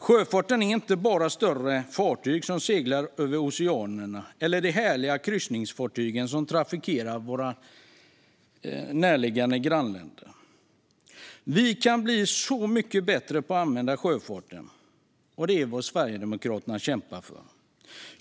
Sjöfarten är inte bara större fartyg som seglar över oceanerna eller de härliga kryssningsfartyg som trafikerar våra närliggande grannländer. Vi kan bli så mycket bättre på att använda sjöfarten, och det är vad Sverigedemokraterna kämpar för.